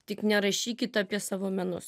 tik nerašykit apie savo menus